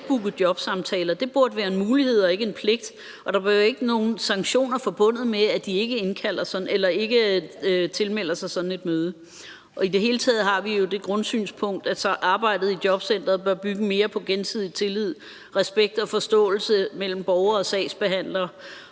skal booke jobsamtaler. Det burde være en mulighed og ikke en pligt. Og der bør ikke være nogen sanktioner forbundet med, at de ikke tilmelder sig sådan et møde. I det hele taget har vi jo det grundsynspunkt, at arbejdet i jobcenteret bør bygge mere på gensidig tillid, respekt og forståelse mellem borgere og sagsbehandlere